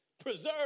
Preserve